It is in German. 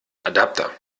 adapter